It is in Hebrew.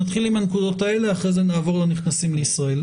נתחיל עם הנקודות האלה ואחר כך נעבור לנכנסים לישראל.